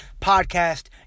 Podcast